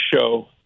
show